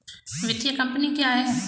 वित्तीय कम्पनी क्या है?